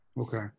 Okay